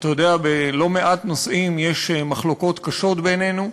אתה יודע, בלא מעט נושאים יש מחלוקות קשות בינינו,